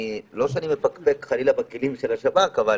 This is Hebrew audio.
לא שאני מפקפק חלילה בכלים של השב"כ, אבל